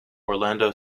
orlando